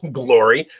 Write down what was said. glory